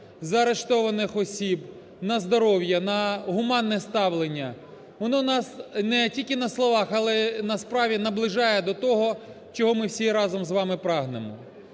заарештованих осіб, на здоров'я, на гуманне ставлення, воно нас не тільки на словах, а й на справі наближає до того, чого ми всі разом з вами прагнемо.